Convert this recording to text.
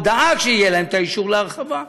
הוא דאג שיהיה להם אישור להרחבה,